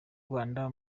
rwanda